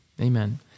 Amen